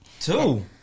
Two